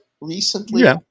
recently